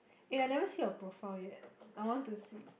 eh I never see your profile yet I want to see